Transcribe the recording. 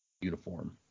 uniform